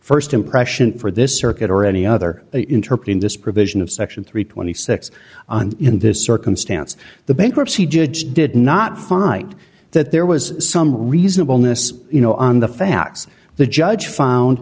for st impression for this circuit or any other interpret in this provision of section three hundred and twenty six on in this circumstance the bankruptcy judge did not find that there was some reasonable ness you know on the facts the judge found